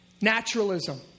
naturalism